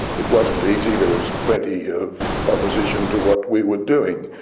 it wasn't easy, there was plenty of opposition to what we were doing,